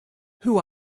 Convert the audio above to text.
who